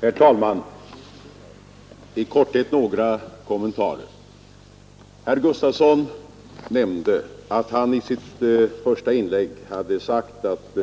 Herr talman! I korthet några kommentarer. Herr Gustavsson i Alvesta nämnde att han i sitt första inlägg hade sagt att